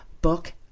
book